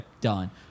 Done